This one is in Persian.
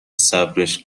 صبرش